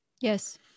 Yes